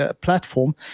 platform